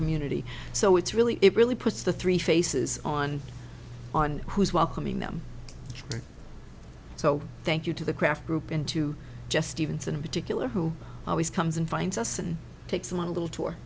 community so it's really it really puts the three faces on on who's welcoming them so thank you to the kraft group and to just stephenson in particular who always comes and finds us and takes them on a little tour